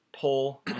pull